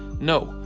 no,